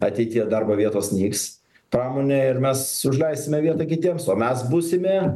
ateityje darbo vietos nyks pramonėj ir mes užleisime vietą kitiems o mes būsime